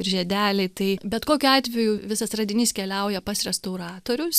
ir žiedeliai tai bet kokiu atveju visas radinys keliauja pas restauratorius